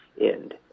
end